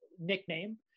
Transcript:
nickname